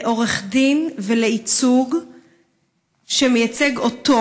לעורך דין ולייצוג שמייצג אותו?